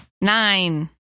Nine